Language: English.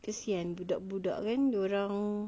kesian budak-budak kan dia orang